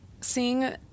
seeing